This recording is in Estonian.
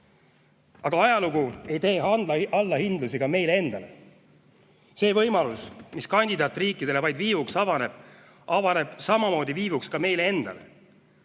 Aga ajalugu ei tee allahindlust ka meile endale. See võimalus, mis kandidaatriikidele vaid viivuks avaneb, avaneb samamoodi viivuks ka meile endale,